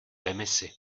demisi